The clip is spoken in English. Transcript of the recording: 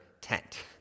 tent